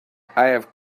have